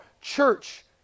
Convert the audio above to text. church